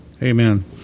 Amen